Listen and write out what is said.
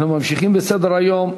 אנחנו ממשיכים בסדר-היום,